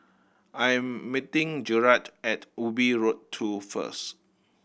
I'm meeting Gerrit at Ubi Road Two first